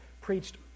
preached